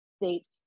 state